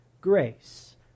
grace